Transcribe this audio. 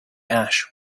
ash